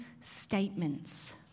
statements